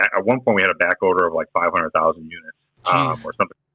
at one point, we had a back order of, like, five hundred thousand units ah or something.